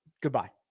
Goodbye